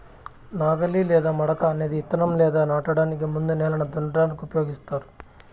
నాగలి లేదా మడక అనేది ఇత్తనం లేదా నాటడానికి ముందు నేలను దున్నటానికి ఉపయోగిస్తారు